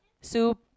Soup